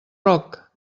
roc